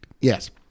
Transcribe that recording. Yes